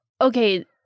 okay